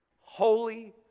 Holy